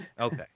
Okay